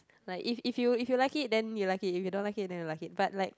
like if if you if you like it then you like it if you don't like it then you don't like it but like